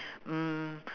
mm